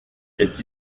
est